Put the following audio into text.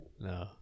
No